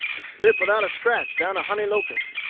and slip without a scratch down a honey-locust.